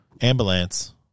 Ambulance